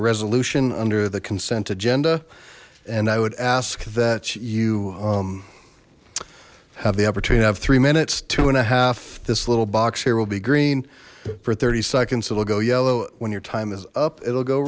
resolution under the consent agenda and i would ask that you have the opportunity to have three minutes two and a half this little box here will be green for thirty seconds so they'll go yellow when your time is up it'll go